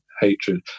hatred